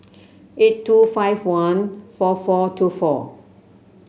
eight two five one four four two four